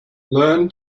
learn